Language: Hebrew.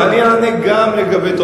אני אענה גם לגבי,